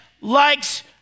likes